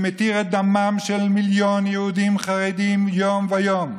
שמתיר את דמם של מיליון יהודים חרדים יום-יום.